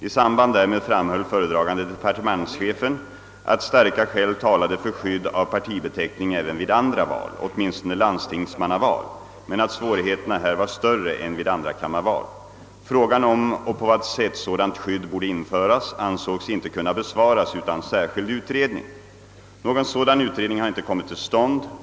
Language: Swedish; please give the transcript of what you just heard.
I samband därmed framhöll föredragande departementschefen, att starka skäl talade för skydd av partibeteckning även vid andra val, åtminstone landstingsmannaval, men att svårigheterna här var större än vid andrakammarval. Frågan om och på vad sätt sådant skydd borde införas ansågs inte kunna besvaras utan särskild utredning. Någon sådan utredning har inte kommit till stånd.